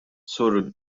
sur